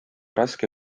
raske